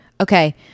Okay